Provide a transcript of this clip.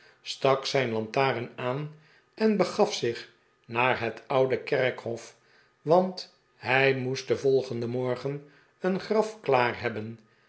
stak zijn lantaren aan en begaf zich naar het oude kerkhof want hij moest den volgenden morgen een graf klaar hebben